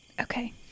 Okay